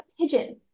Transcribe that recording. pigeon